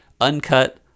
Uncut